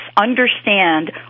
understand